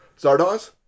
Zardoz